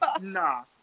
nah